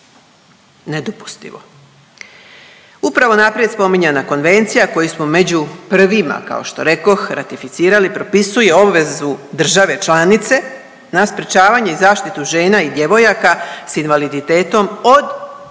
Nedopustivo! Upravo naprijed spomenuta konvencija koju smo među prvima kao što rekoh ratificirali propisuje obvezu države članice na sprječavanje i zaštitu žena i djevojaka sa invaliditetom od